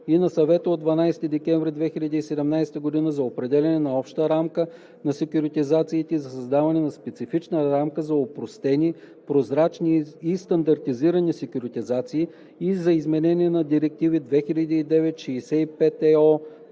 и на Съвета от 12 декември 2017 г. за определяне на обща рамка за секюритизациите и за създаване на специфична рамка за опростени, прозрачни и стандартизирани секюритизации и за изменение на директиви 2009/65/ЕО,